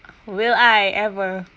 will I ever